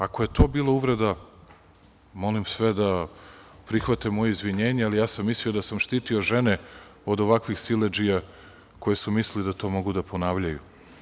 Ako je to bila uvreda, molim sve da prihvate moje izvinjenje, ali ja sam mislio da sam štitio žene od ovakvih siledžija koji su mislili da to mogu da ponavljaju.